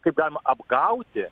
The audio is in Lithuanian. kaip galima apgauti